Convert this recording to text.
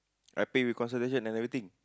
I pay with consolation and everything